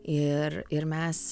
ir ir mes